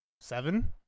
seven